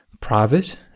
private